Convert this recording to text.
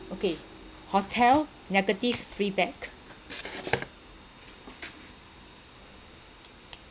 okay hotel negative feedback